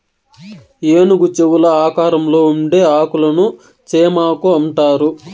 ఏనుగు చెవుల ఆకారంలో ఉండే ఆకులను చేమాకు అంటారు